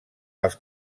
als